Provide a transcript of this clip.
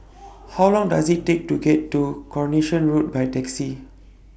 How Long Does IT Take to get to Coronation Road By Taxi